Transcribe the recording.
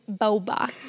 boba